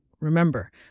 Remember